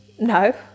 No